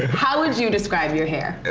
how would you describe your hair?